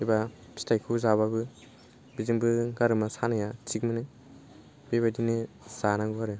एबा फिथाइखौ जाबाबो बेजोंबो गारामा सान्नाया थिक मोनो बे बायदिनो जानांगौ आरो